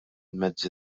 mezzi